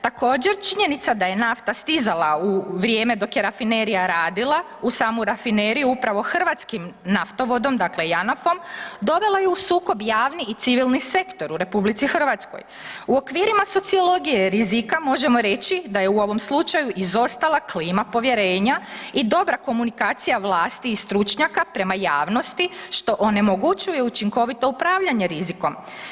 Također, činjenica je da je nafta stizala u vrijeme dok je rafinerija radila, u samu rafineriju upravo hrvatskim naftovodom, dakle JANAF-om, dovela je u sukob javni i civilni sektor u RH. u okvirima sociologije rizika, možemo reći da je u ovom slučaju izostala klima povjerenja i dobra komunikacija vlasti i stručnjaka prema javnosti što onemogućuje učinkovito upravljanje rizikom.